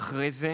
אחרי זה